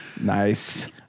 Nice